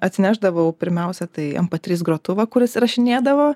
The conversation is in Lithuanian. atsinešdavau pirmiausia tai mp trys grotuvą kuris įrašinėdavo